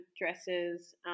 dresses